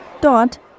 Dort